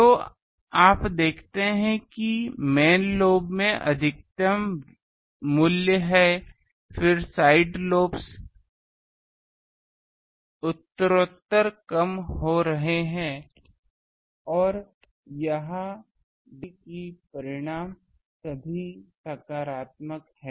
तो आप देखते हैं कि मैन लोब में एक अधिकतम मूल्य है फिर साइड लोब्स उत्तरोत्तर कम हो रहे हैं और यह देखा कि यह परिमाण सभी सकारात्मक हैं